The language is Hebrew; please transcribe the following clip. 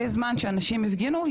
בזמן שאנשים הפגינו,